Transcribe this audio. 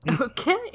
Okay